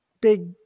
big